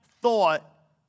thought